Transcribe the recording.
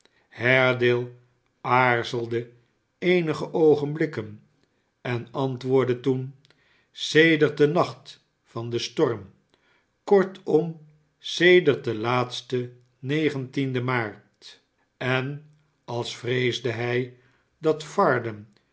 haredaie aarzelde eenige oogenblikken en antwoordde toen sedert den nacht van den storm kortom sedert den laatsten negentienden maart en als vreesde hij dat varden